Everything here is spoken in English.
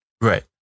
Right